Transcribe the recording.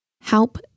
Help